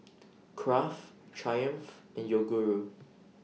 Kraft Triumph and Yoguru